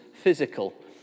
physical